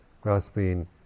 grasping